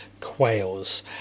quails